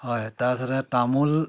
হয় তাৰ পাছতে তামোল